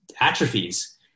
atrophies